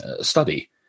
study